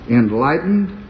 enlightened